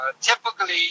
typically